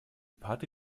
party